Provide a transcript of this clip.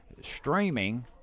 streaming